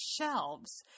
shelves